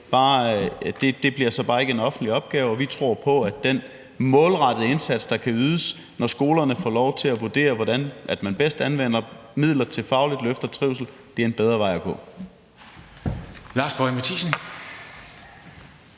det bliver så bare ikke en offentlig opgave. Vi tror på, at den målrettede indsats, der kan ydes, når skolerne får lov til at vurdere, hvordan man bedst anvender midler til et fagligt løft og trivsel, er en bedre vej at gå.